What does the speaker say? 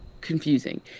confusing